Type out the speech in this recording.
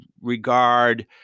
regard